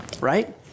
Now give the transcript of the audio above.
right